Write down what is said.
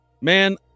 Man